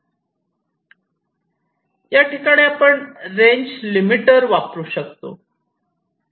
याठिकाणी आपण range limiter वापरू शकतो